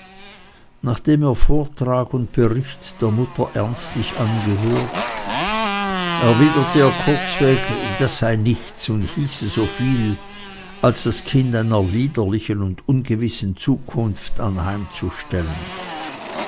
nachdem er vortrag und bericht der mutter ernstlich angehört erwiderte er kurzweg das sei nichts und hieße so viel als das kind einer liederlichen und ungewissen zukunft anheimstellen